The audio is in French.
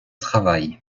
travail